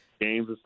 games